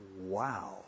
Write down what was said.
wow